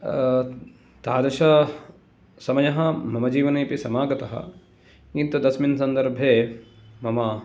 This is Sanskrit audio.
तादृशसमयः मम जीवने अपि समागतः किन्तु तस्मिन् सन्दर्भे मम